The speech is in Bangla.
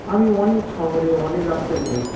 আমি অনেক শহরে অনেক রাস্তায় ঘুরেছি